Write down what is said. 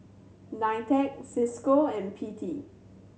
NITEC Cisco and P T